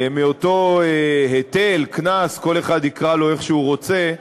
מאותו היטל, קנס, כל אחד יקרא לו איך שהוא רוצה,